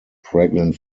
pregnant